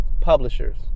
publishers